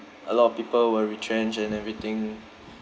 a lot of people were retrenched and everything